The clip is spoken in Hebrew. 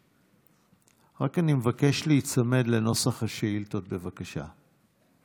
רק אני מבקש להיצמד לנוסח השאילתה, בבקשה.